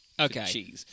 Okay